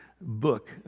book